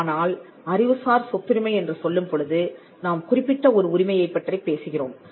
ஆனால் நாம் அறிவுசார் சொத்துரிமை என்று சொல்லும் பொழுது நாம் குறிப்பிட்ட ஒரு உரிமையைப் பற்றிப் பேசுகிறோம்